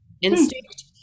instinct